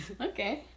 Okay